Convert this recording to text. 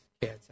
kids